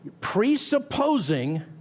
Presupposing